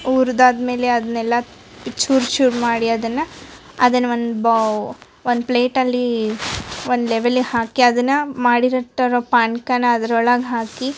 ಹುರ್ದಾದ್ಮೇಲೆ ಅದನ್ನೆಲ್ಲ ಚೂರು ಚೂರು ಮಾಡಿ ಅದನ್ನ ಅದನ್ನ ಒಂದು ಬಾಲ್ ಒಂದು ಪ್ಲೇಟಲ್ಲಿ ಒಂದು ಲೆವೆಲ್ಲಿಗೆ ಹಾಕಿ ಅದನ್ನಾ ಮಾಡಿಟ್ಟಿರೋ ಪಾನ್ಕಾನಾ ಅದ್ರ ಒಳಗೆ ಹಾಕಿ